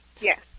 Yes